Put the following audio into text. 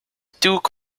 duke